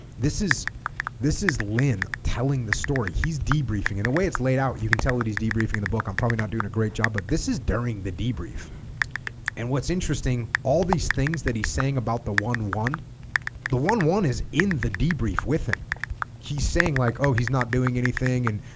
this is this is lynn telling the story he's debriefing and the way it's laid out you can tell that he's debriefing in the book i'm probably not doing a great job but this is during the debrief and what's interesting all these things that he's saying about the one one the one one is in the debrief with him he's saying like oh he's not doing anything and